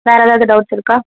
வேற ஏதாவது டவுட்ஸ் இருக்கா